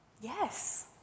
yes